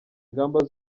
ingamba